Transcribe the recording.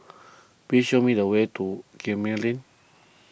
please show me the way to Gemmill Lane